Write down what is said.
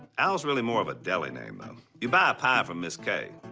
al's really more of a deli name though. you buy a pie from miss kay,